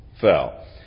fell